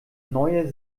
neue